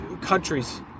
countries